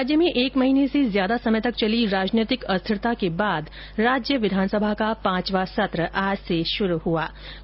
राज्य में एक माह से ज्यादा समय तक चली राजनीतिक अस्थिरता के बाद राज्य विधानसभा का पांचवा सत्र आज से शुरू हो गया है